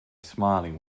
smiling